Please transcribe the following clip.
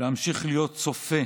להמשיך להיות צופה